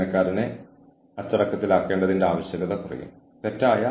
ഒരു നയം തയ്യാറാക്കുക നിർദ്ദേശിച്ചിട്ടുള്ള നടപടിക്രമങ്ങൾ പിന്തുടരുക